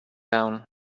down